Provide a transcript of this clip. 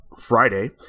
Friday